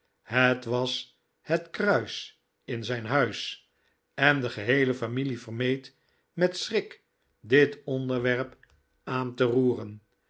het was het kruis in zijn huis en de geheele familie vermeed met schrik dit onderwerp aan te roeren